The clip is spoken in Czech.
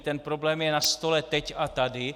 Ten problém je na stole teď a tady.